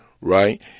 right